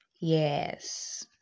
Yes